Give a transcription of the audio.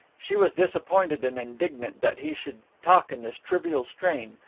she was disappointed and indignant that he should talk in this trivial strain,